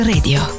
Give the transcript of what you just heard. Radio